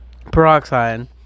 peroxide